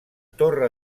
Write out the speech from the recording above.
torre